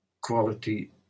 Quality